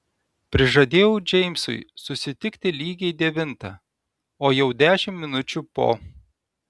prižadėjau džeimsui susitikti lygiai devintą o jau dešimt minučių po